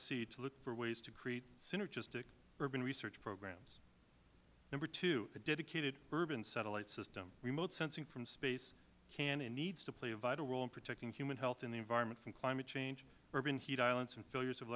c to look for ways to create synergistic urban research programs number two a dedicated urban satellite system remote sensing from space can and needs to play a vital role in protecting human health and the environment from climate change urban heat islands and failures of